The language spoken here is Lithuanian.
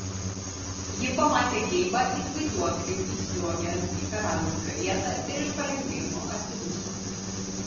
ji pamatė geibą it vaiduoklį įsliuogiant į karaliaus karietą ir iš palengvėjimo atsiduso